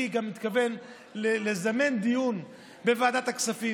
אני גם מתכוון לזמן דיון בוועדת הכספים